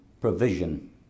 provision